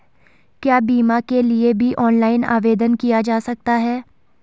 क्या बीमा के लिए भी ऑनलाइन आवेदन किया जा सकता है?